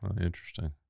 Interesting